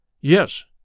Yes